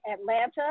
Atlanta